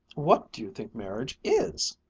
what do you think marriage is?